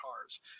cars